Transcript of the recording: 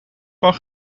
van